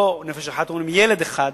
לא נפש אחת אלא ילד אחד,